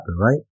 right